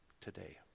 today